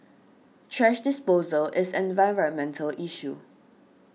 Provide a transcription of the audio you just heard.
thrash disposal is an environmental issue